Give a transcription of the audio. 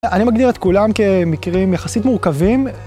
אני מגדיר את כולם כמקרים יחסית מורכבים.